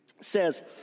says